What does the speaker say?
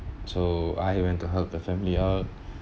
so I went to help the family out